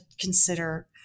consider